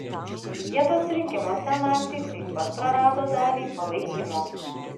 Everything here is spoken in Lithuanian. vietos rinkimuose naciai taip pat prarado dalį palaikymo